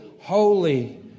holy